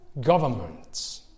governments